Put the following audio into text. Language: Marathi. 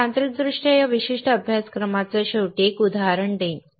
मी तांत्रिकदृष्ट्या या विशिष्ट अभ्यासक्रमाच्या शेवटी एक उदाहरण देईन